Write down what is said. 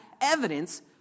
evidence